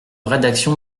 rédaction